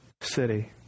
city